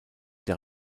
der